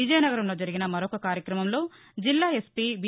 విజయనగరంలో జరిగిన మరొక కార్యక్రమంలో జిల్లా ఎస్పి బి